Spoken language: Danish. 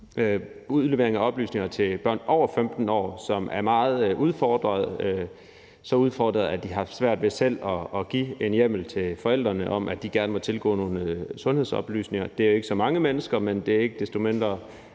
udlevering af oplysninger til børn over 15 år, som er meget udfordrede – så udfordrede, at de har svært ved selv at give fuldmagt til forældrene om, at de gerne må tilgå deres sundhedsoplysninger. Det gælder ikke så mange mennesker, men det er ikke desto mindre